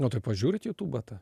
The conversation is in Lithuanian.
nu tai pažiūrit youtubą